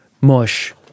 mush